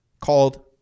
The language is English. called